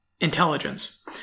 intelligence